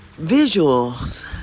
visuals